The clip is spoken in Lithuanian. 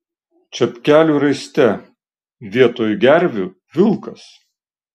čepkelių raiste vietoj gervių vilkas